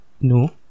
no